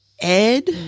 Ed